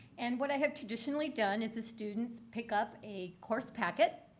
and what i have traditionally done is the students pick up a course packet.